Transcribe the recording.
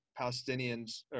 Palestinians